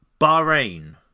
Bahrain